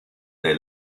they